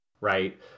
right